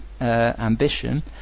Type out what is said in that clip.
ambition